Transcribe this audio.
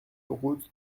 route